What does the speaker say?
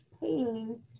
pain